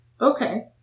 Okay